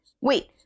wait